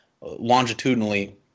longitudinally